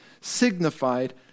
signified